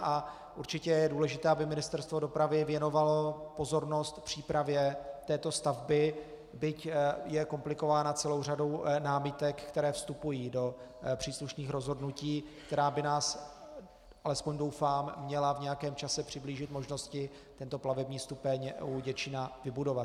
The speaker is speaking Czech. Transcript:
A určitě je důležité, aby Ministerstvo dopravy věnovalo pozornost přípravě této stavby, byť je komplikována celou řadou námitek, které vstupují do příslušných rozhodnutí, která by nás, alespoň doufám, měla v nějakém čase přiblížit možnosti tento plavební stupeň u Děčína vybudovat.